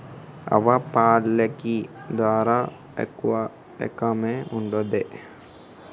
ఆవు పాలకి ధర ఎక్కువే ఉంటదా?